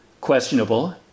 questionable